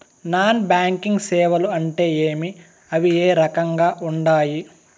non banking సేవలు అంటే ఏమి అవి ఏ రకంగా ఉండాయి